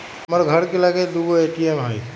हमर घर के लगे दू गो ए.टी.एम हइ